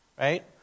right